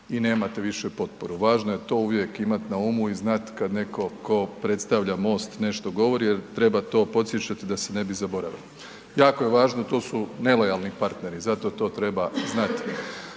i nemate više potporu. Važno je to uvijek imat na umu i znat kad netko tko predstavlja MOST nešto govori jer treba to podsjećati da se ne bi zaboravilo. Jako je važno to su nelojalni partneri zato to treba znati.